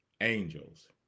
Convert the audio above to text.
angels